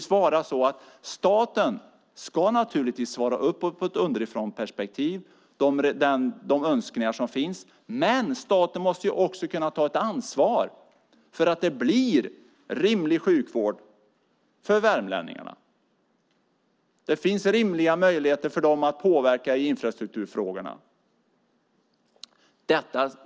Staten ska naturligtvis svara upp mot ett underifrånperspektiv och de önskningar som finns. Men staten måste också kunna ta ett ansvar för att det blir en rimlig sjukvård för värmlänningarna och att det finns rimliga möjligheter för dem att påverka infrastrukturfrågorna.